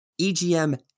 EGM